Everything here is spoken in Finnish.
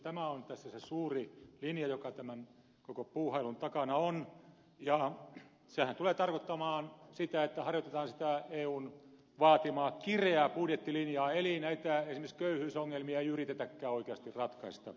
tämä on tässä se suuri linja joka tämän koko puuhailun takana on ja sehän tulee tarkoittamaan sitä että harjoitetaan sitä eun vaatimaa kireää budjettilinjaa eli esimerkiksi näitä köyhyysongelmia ei yritetäkään oikeasti ratkaista